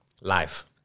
Life